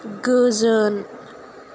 गोजोन